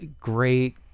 great